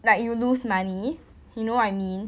like you will lose money you know what I mean